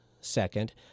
Second